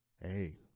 Hey